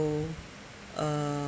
so uh